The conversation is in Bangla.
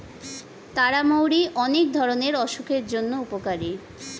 তারা মৌরি অনেক ধরণের অসুখের জন্য উপকারী